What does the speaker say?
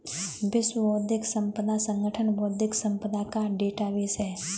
विश्व बौद्धिक संपदा संगठन बौद्धिक संपदा का डेटाबेस है